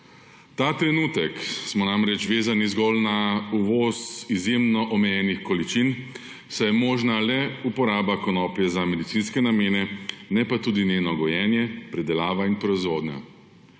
Ta trenutek smo namreč vezani zgolj na uvoz izjemno omejenih količin, saj je možna le uporaba konoplje za medicinske namene ne pa tudi njeno gojenje, predelava in proizvodnja.